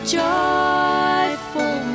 joyful